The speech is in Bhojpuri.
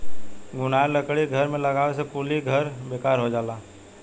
घुनाएल लकड़ी के घर में लगावे से कुली घर बेकार हो जाला